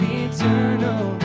eternal